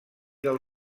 del